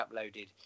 uploaded